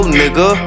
nigga